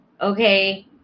okay